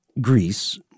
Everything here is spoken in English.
Greece